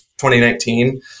2019